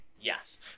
Yes